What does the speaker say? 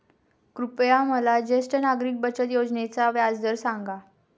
कृपया मला ज्येष्ठ नागरिक बचत योजनेचा व्याजदर सांगा